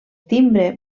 timbre